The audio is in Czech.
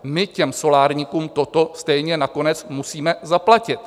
My těm solárníkům toto stejně nakonec musíme zaplatit.